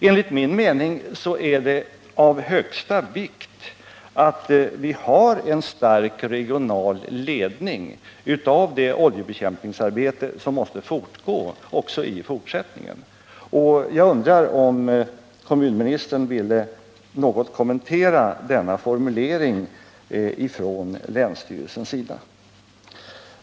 Enligt min mening är det av största vikt att vi har en stark regional ledning av det oljebekämpningsarbete som måste fortgå också i fortsättningen, och jag undrar om kommunministern ville något kommentera denna formulering från länsstyrelsens sida.